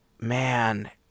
man